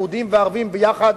יהודים וערבים יחד,